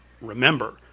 Remember